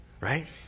right